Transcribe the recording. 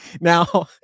Now